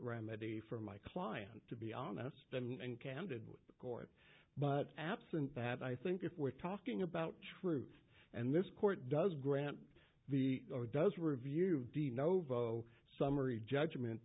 remedy for my client to be honest and candid with the court but absent that i think if we're talking about truth and this court does grant the or does a review dean ovo summary judgment